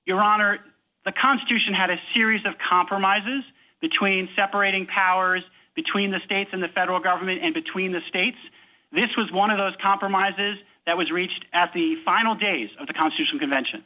iran or the constitution had a series of compromises between separating powers between the states and the federal government and between the states this was one of those compromises that was reached at the final days of the constitution convention